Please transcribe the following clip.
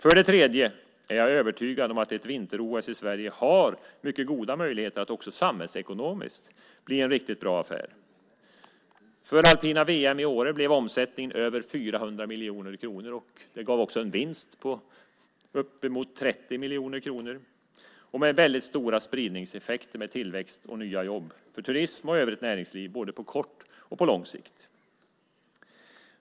För det tredje är jag övertygad om att ett vinter-OS i Sverige har mycket goda möjligheter att också samhällsekonomiskt bli en riktigt bra affär. För alpina VM i Åre blev omsättningen över 400 miljoner kronor. Det gav också en vinst på uppemot 30 miljoner kronor och fick stora spridningseffekter med tillväxt och nya jobb för turism och övrigt näringsliv, både på kort och på lång sikt.